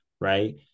right